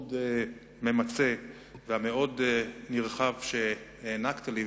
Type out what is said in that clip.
המאוד ממצה והמאוד נרחב שהענקת לי,